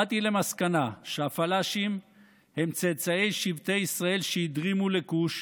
באתי למסקנה שהפלאשים הם צאצאי שבטי ישראל שהדרימו לכוש,